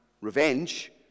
revenge